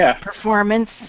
performance